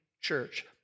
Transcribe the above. Church